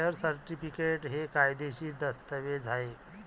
share certificate हे कायदेशीर दस्तऐवज आहे